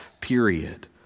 period